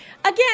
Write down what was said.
again